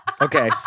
Okay